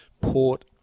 Port